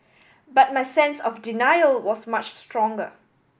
but my sense of denial was much stronger